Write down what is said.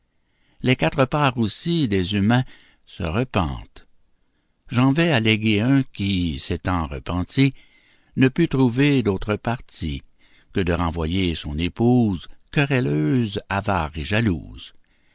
les quatre parts aussi des humains se repentent j'en vais alléguer un qui s'étant repenti ne put trouver d'autre parti que de renvoyer son épouse querelleuse avare et jalouse